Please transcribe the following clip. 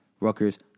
Rutgers